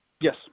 Yes